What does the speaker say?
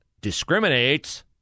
discriminates